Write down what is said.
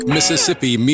Mississippi